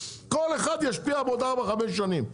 כל אחד ישפיע בעוד ארבע חמש שנים,